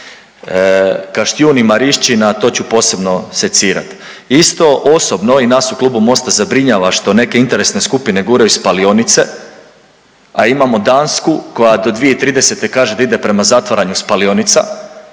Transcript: Kaštijun i Marišćina, to ću posebno secirat. Isto osobno i nas u Klubu MOST-a zabrinjava što neke interesne skupine guraju spalionice, a imamo Dansku koja do 2030. kaže da ide prema zatvaranju spalionica